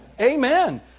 Amen